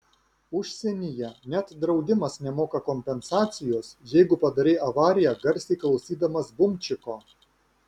užsienyje net draudimas nemoka kompensacijos jeigu padarei avariją garsiai klausydamas bumčiko